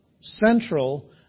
central